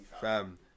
Fam